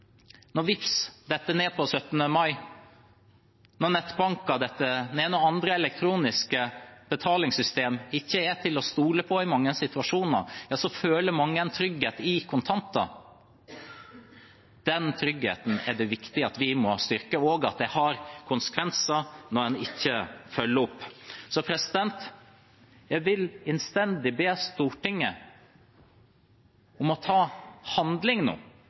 Når Vipps er nede på 17. mai, når nettbanker er nede, når andre elektroniske betalingssystemer ikke er til å stole på i mange situasjoner, føler mange en trygghet i kontanter. Den tryggheten er det viktig at vi må styrke, og det må få konsekvenser når en ikke følger opp. Jeg vil innstendig be Stortinget om å handle nå